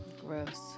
Gross